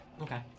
Okay